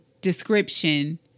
description